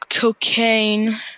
cocaine